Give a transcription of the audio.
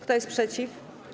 Kto jest przeciw?